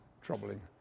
troubling